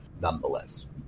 nonetheless